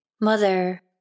Mother